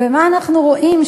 ומה אנחנו רואים?